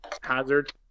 Hazard